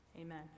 Amen